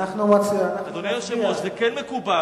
אדוני היושב-ראש, זה כן מקובל.